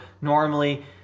normally